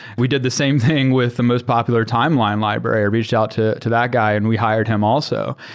we did the same thing with the most popular timeline library, reached out to to that guy and we hired him also.